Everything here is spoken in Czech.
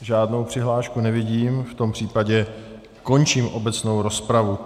Žádnou přihlášku nevidím, v tom případě končím obecnou rozpravu.